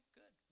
good